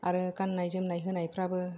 आरो गाननाय जोमनाय होनाय फ्राबो